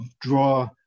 draw